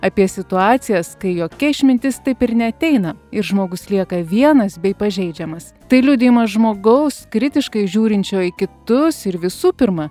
apie situacijas kai jokia išmintis taip ir neateina ir žmogus lieka vienas bei pažeidžiamas tai liudijimas žmogaus kritiškai žiūrinčio į kitus ir visų pirma